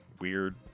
weird